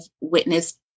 witnessed